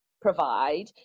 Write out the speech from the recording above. provide